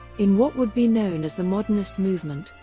in what would be known as the modernist movement,